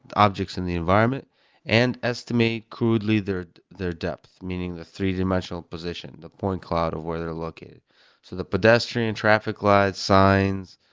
objects in the environment and estimate crudely their depth, meaning the three dimensional position, the point cloud of where they're located so the pedestrian, traffic lights, signs,